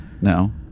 No